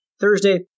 Thursday